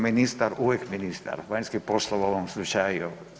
ministar, uvijek ministar, vanjskih poslova u ovom slučaju.